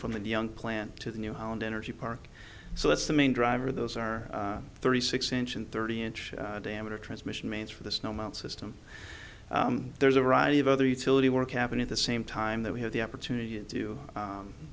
from the young plant to the new hound energy park so that's the main driver those are thirty six inch and thirty inch diameter transmission lines for the snow melt system there's a variety of other utility work happen at the same time that we have the opportunity to